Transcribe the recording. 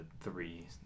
three